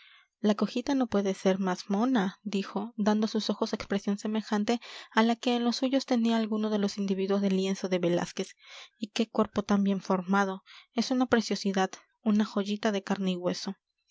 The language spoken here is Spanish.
la cojita no puede ser más mona dijo dando a sus ojos expresión semejante a la que en los suyos tenía alguno de los individuos del lienzo de velázquez y qué cuerpo tan bien formado es una preciosidad una joyita de carne y hueso